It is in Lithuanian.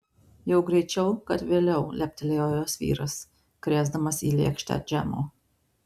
jau greičiau kad vėliau leptelėjo jos vyras krėsdamas į lėkštę džemo